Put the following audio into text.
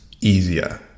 easier